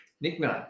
nickname